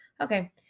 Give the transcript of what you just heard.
Okay